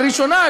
לראשונה,